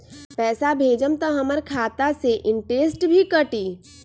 पैसा भेजम त हमर खाता से इनटेशट भी कटी?